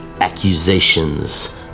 accusations